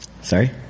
sorry